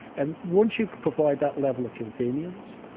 and once you provide that level of convenience,